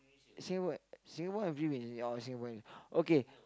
Singapore Singapore or Philippines or Singaporean okay